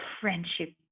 friendship